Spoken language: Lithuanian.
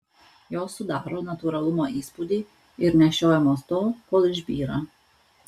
jos sudaro natūralumo įspūdį ir nešiojamos tol kol išbyra